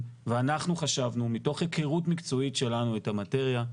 אנחנו חשבנו מתוך היכרות מקצועית שלנו את המטריה,